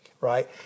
Right